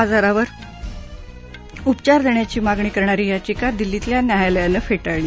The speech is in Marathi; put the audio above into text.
आजारावर उपचार देण्याची मागणी करणारी याचिका दिल्लीतल्या न्यायालयानं फेटाळली